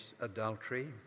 adultery